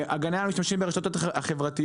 הגנה על משתמשים ברשתות החברתיות,